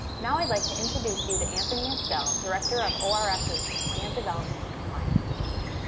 now i'd like to introduce you to anthony estell, director of ors's plan development and compliance division.